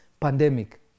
pandemic